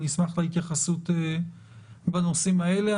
אני אשמח להתייחסות לנושאים האלה.